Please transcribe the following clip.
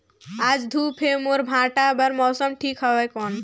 आज धूप हे मोर भांटा बार मौसम ठीक हवय कौन?